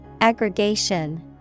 Aggregation